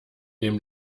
dem